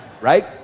Right